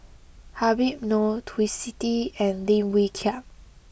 Habib Noh Twisstii and Lim Wee Kiak